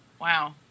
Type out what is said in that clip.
wow